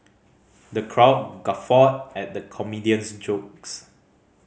the crowd guffawed at the comedian's jokes